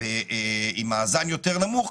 עם מאזן יותר נמוך,